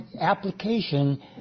application